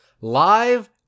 live